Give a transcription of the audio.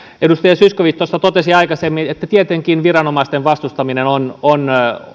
edustaja zyskowicz tuossa totesi aikaisemmin että tietenkin viranomaisten vastustaminen on